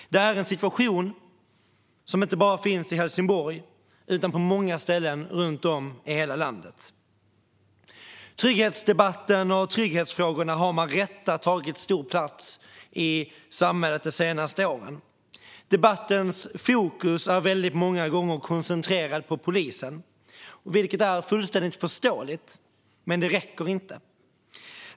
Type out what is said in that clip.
Det är en situation som inte bara finns i Helsingborg utan på många ställen runt om i hela landet. Trygghetsdebatten och trygghetsfrågorna har med rätta tagit stor plats i samhället de senaste åren. Debattens fokus ligger väldigt många gånger på polisen. Det är fullt förståeligt, men det räcker inte.